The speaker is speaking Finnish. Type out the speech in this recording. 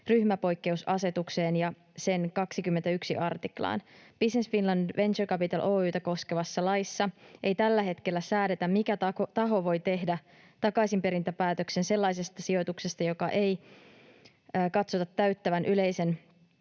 ryhmäpoikkeusasetukseen ja sen 21 artiklaan. Business Finland Venture Capital Oy:tä koskevassa laissa ei tällä hetkellä säädetä, mikä taho voi tehdä takaisinperintäpäätöksen sellaisesta sijoituksesta, jonka ei katsota täyttävän yleisen